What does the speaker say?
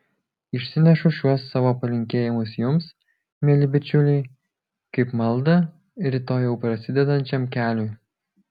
išsinešu šiuos savo palinkėjimus jums mieli bičiuliai kaip maldą rytoj jau prasidedančiam keliui